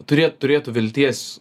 turėt turėtų vilties